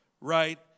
right